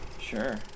Sure